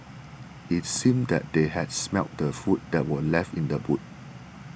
it seemed that they had smelt the food that were left in the boot